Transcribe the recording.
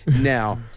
now